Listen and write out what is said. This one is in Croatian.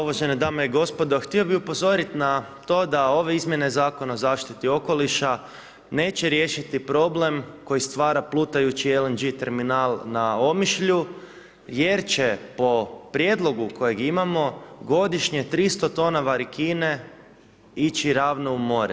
Uvažene dame i gospodo, htio bi upozoriti na to da ove izmjene zakona o zaštiti okoliša neće riješiti problem koji stvara plutajući LNG terminal na Omišlju jer će po prijedlogu kojeg imamo godišnje 300 tona varikine ići ravno u more.